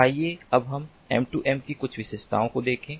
आइए अब हम M2M की कुछ विशेषताओं को देखें